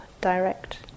direct